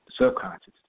subconscious